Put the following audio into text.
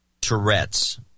Tourette's